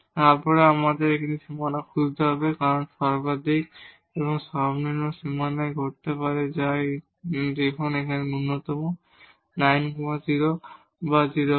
তারপরে আমাদের বাউন্ডারিও খুঁজতে হবে কারণ মাক্সিমাম মিনিমাম সীমানায় ঘটতে পারে যা এখানে যেমন মিনিমাম 9 0 বা 0 9